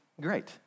great